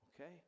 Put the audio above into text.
Okay